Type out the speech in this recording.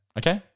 okay